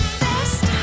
best